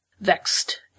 Vexed